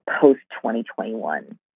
post-2021